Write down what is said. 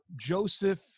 Joseph